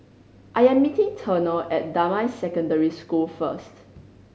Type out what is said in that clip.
I am meeting Turner at Damai Secondary School first